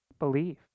believe